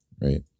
right